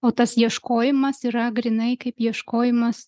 o tas ieškojimas yra grynai kaip ieškojimas